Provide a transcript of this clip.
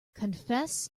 confess